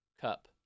cup